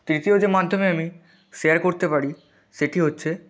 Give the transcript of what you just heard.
তৃতীয় যে মাধ্যমে আমি শেয়ার করতে পারি সেটি হচ্ছে